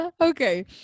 Okay